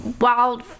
wild